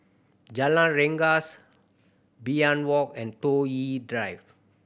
Jalan Rengas Walk and Toh Yi Drive